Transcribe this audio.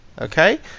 Okay